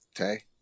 Okay